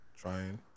trying